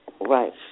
Right